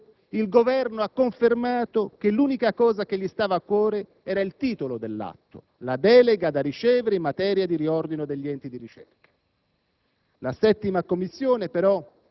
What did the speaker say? Ma così facendo il Governo ha confermato che l'unica cosa che gli stava a cuore era il titolo dell'atto: la delega da ricevere in materia di riordino degli enti di ricerca.